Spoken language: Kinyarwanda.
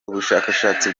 ubushakashatsi